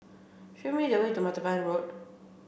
show me the way to Martaban Road